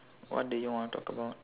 what do you want to talk about